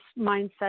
mindset